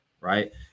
Right